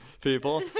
people